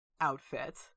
outfit